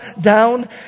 down